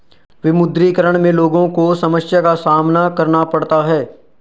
विमुद्रीकरण में लोगो को समस्या का सामना करना पड़ता है